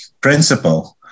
principle